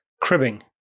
cribbing